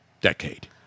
decade